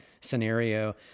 scenario